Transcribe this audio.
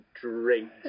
drink